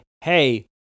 hey